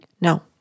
No